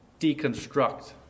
deconstruct